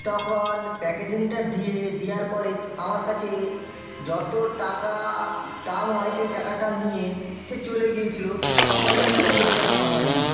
তখন প্যাকেজিংটা দিয়ে দেওয়ার পরে আমার কাছে যত টাকা দাম হয় সেই টাকাটা নিয়ে সে চলে গিয়েছিল তখন সেটা খুলে দেখা হয়নি